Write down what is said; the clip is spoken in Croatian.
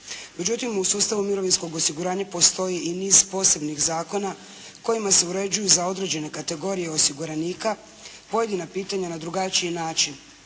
Međutim u sustavu mirovinskog osiguranja postoji i niz posebnih zakona kojima se uređuju za određene kategorije osiguranika pojedina pitanja na drugačiji način